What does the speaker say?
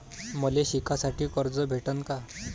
मले शिकासाठी कर्ज भेटन का?